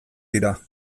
dira